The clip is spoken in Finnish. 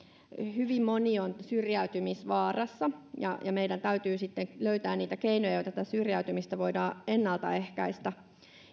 hyvin moni on syrjäytymisvaarassa ja ja meidän täytyy löytää niitä keinoja joilla tätä syrjäytymistä voidaan ennaltaehkäistä